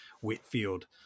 Whitfield